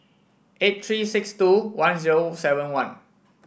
eight three six two one zero seven one